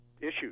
issues